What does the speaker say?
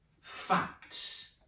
facts